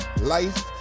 life